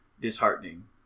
disheartening